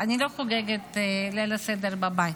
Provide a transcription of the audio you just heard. אני לא חוגגת את ליל הסדר בבית.